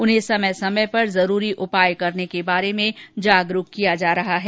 उन्हें समय समय पर जरूरी उपाय करने के बारे में जागरूक किया जा रहा है